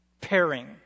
pairing